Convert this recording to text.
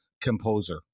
composer